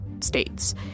states